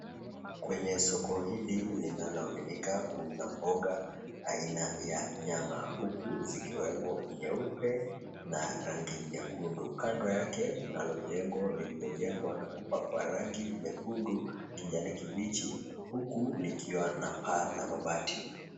Kwenye soko hili linaloaminika kuuza mboga aina ya nyama, huku zikiwemo nyeupe na rangi nyekundu. Kando yake kunalo jengo lililojengwa na kupakwa rangi nyekundu, kijani kibichi, huku likiwa na paa la mabati.